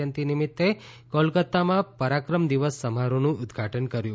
જયંતિ નિમિત્ત કોલકત્તામાં પરાક્રમ દિવસ સમારોહનું ઉદઘાટન કર્યું